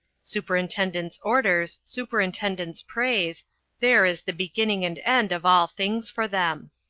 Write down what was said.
superintendent's orders, superintendent's praise there is the beginning and end of all things for them.